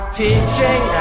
teaching